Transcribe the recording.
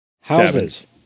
Houses